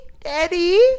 Daddy